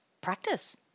practice